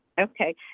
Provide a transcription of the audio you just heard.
Okay